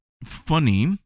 funny